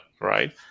right